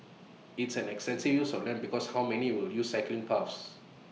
it's an extensive use of land because how many will use cycling paths